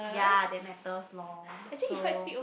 ya that matters lor so